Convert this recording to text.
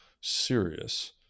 serious